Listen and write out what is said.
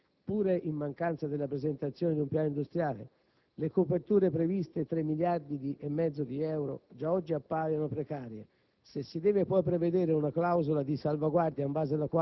risparmi che nel testo vengono dati per certi, pure in mancanza della presentazione di un piano industriale. Le coperture previste (3,5 miliardi di euro) già oggi appaiono precarie;